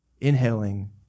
Inhaling